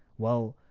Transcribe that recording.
well,